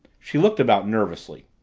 she looked about nervously.